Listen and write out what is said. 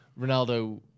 Ronaldo